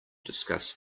discuss